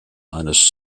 eines